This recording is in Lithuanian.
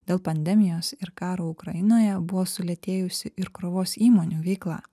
dėl pandemijos ir karo ukrainoje buvo sulėtėjusi ir krovos įmonių veikla